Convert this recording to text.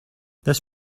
this